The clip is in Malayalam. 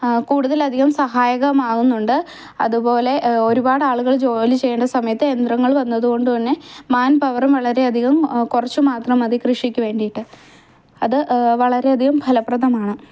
കൂടുതലധികം സഹായകമാക്കുന്നുണ്ട് അതുപോലെ ഒരുപാടാളുകൾ ജോലി ചെയ്യേണ്ട സമയത്ത് യന്ത്രങ്ങൾ വന്നത് കൊണ്ട് തന്നെ മാൻ പവറും വളരെയധികം കുറച്ച് മാത്രം മതി കൃഷിക്ക് വേണ്ടീട്ട് അത് വളരെയധികം ഫലപ്രദമാണ്